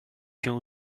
się